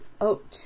Oat